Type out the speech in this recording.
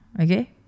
Okay